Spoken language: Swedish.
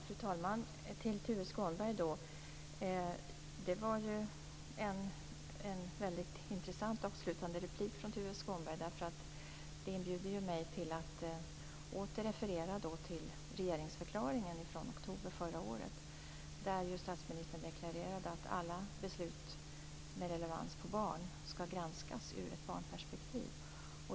Fru talman! Det var ett väldigt intressant avslutande inlägg från Tuve Skånberg. Det inbjuder mig till att åter referera till regeringsförklaringen från oktober förra året. Där deklarerade statsministern att alla beslut med relevans på barn skall granskas ur ett barnperspektiv.